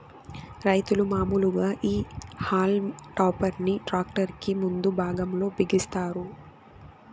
రైతులు మాములుగా ఈ హల్మ్ టాపర్ ని ట్రాక్టర్ కి ముందు భాగం లో బిగిస్తారు